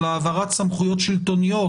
של העברת סמכויות שלטוניות,